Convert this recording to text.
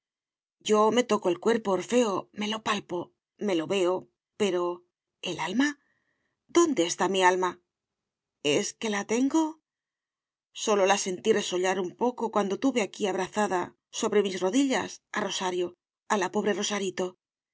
yo me toco el cuerpo orfeo me lo palpo me lo veo pero el alma dónde está mi alma es que la tengo sólo la sentí resollar un poco cuando tuve aquí abrazada sobre mis rodillas a rosario a la pobre rosarito